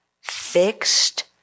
fixed